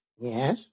Yes